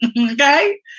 Okay